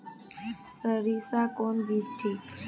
सरीसा कौन बीज ठिक?